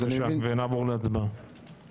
בבקשה, ונעבור להצבעה.